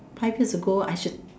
five years ago I should